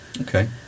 Okay